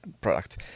product